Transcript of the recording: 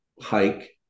hike